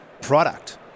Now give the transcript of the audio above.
product